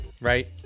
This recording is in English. right